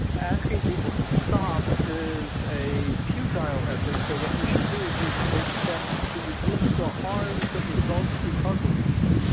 asking people to stop is a futile effort so what we should do is we should take steps to reduce the harm that results because of the use.